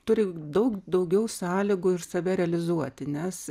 turi daug daugiau sąlygų ir save realizuoti nes